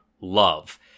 love